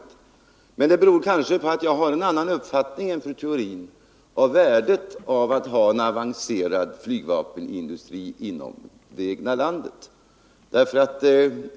Dock beror 9 december 1974 det kanske på att jag har en annan uppfattning än fru Theorin om värdet av att ha en avancerad flygvapenindustri inom det egna landet. Eftersom Ang.